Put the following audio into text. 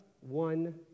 one